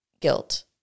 guilt